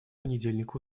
понедельник